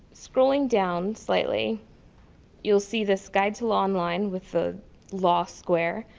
scrolling down slightly you'll see this guide to law online with the law square,